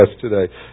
today